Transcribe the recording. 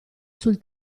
sul